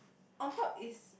on top is